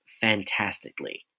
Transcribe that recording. fantastically